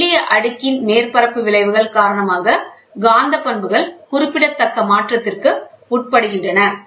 மெல்லிய அடுக்கின் மேற்பரப்பு விளைவுகள் காரணமாக காந்த பண்புகள் குறிப்பிடத்தக்க மாற்றத்திற்கு உட்படுகின்றன